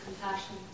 compassion